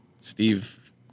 Steve